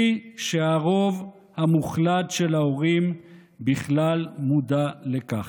שהרוב המוחלט של ההורים בכלל מודע לכך.